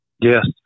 yes